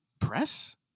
press